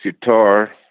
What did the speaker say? guitar